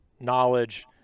knowledge